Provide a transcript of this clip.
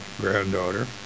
granddaughter